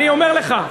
אני אומר לך.